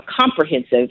comprehensive